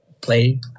play